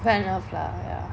fair enough lah ya